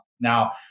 Now